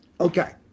Okay